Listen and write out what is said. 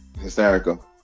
Hysterical